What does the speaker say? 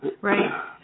Right